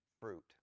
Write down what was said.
fruit